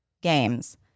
games